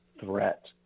threat